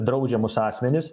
draudžiamus asmenis